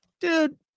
Dude